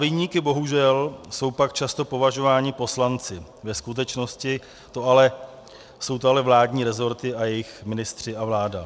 Za viníky bohužel jsou pak často považováni poslanci, ve skutečnosti jsou to ale vládní resorty a jejich ministři a vláda.